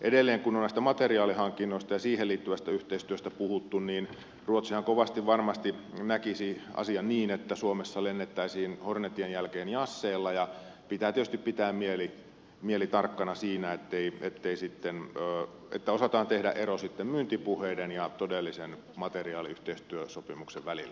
edelleen kun on materiaalihankinnoista ja siihen liittyvästä yhteistyöstä puhuttu niin ruotsihan kovasti varmasti näkisi asian niin että suomessa lennettäisiin hornetien jälkeen jaseilla ja pitää tietysti pitää mieli tarkkana siinä ettei se tee sitten olla että osataan tehdä ero myyntipuheiden ja todellisen materiaaliyhteistyösopimuksen välillä